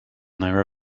their